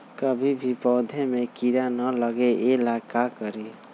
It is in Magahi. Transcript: कभी भी पौधा में कीरा न लगे ये ला का करी?